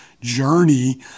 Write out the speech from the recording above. journey